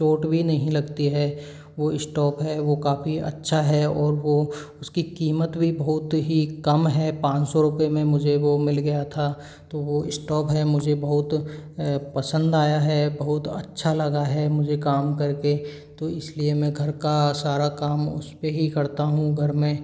चोट भी भी नहीं लगती है वो स्टोव है वो काफ़ी अच्छा है और वो उसकी कीमत भी बहुत ही कम है पाँच सौ रुपए में वो मुझे मिल गया था तो वो स्टॉव है मुझे बहुत पसंद आया है बहुत अच्छा लगा है मुझे काम कर के तो इसलिए मैं घर का सारा काम उस पे ही करता हूँ घर में